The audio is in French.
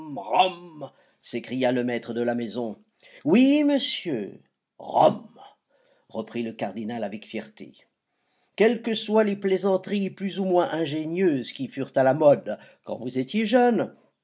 s'écria le maître de la maison oui monsieur rome reprit le cardinal avec fierté quelles que soient les plaisanteries plus ou moins ingénieuses qui furent à la mode quand vous étiez jeune